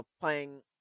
playing